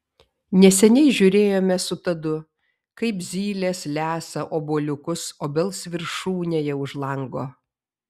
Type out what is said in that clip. neseniai žiūrėjome su tadu kaip zylės lesa obuoliukus obels viršūnėje už lango